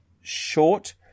short